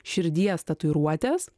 širdies tatuiruotės